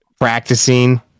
practicing